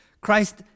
christ